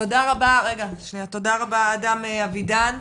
תודה רבה אדם אבידן,